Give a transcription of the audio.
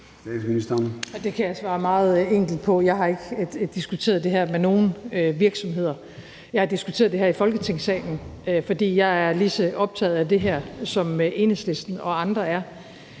Det kan jeg svare meget enkelt på. Jeg har ikke diskuteret det her med nogen virksomheder. Jeg har diskuteret det her i Folketingssalen, fordi jeg er lige så optaget af det her, som Enhedslisten og andre er.